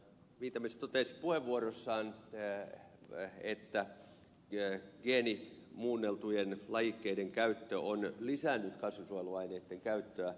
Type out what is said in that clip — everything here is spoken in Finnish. viitamies totesi puheenvuorossaan tee myö ei tämä työ vie että geenimuunneltujen lajikkeiden käyttö on lisännyt kasvinsuojeluaineiden käyttöä